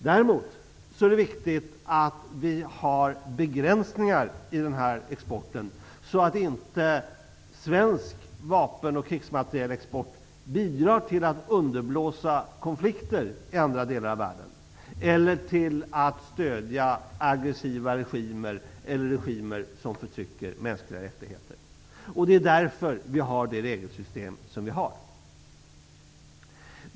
Däremot är det viktigt att vi har begränsningar av exporten, så att inte svensk vapen och krigsmaterielexport bidrar till att underblåsa konflikter i andra delar av världen, stödja aggressiva regimer eller regimer som utövar förtryck mot mänskliga rättigheter. Det är därför vi har det regelsystem som vi har.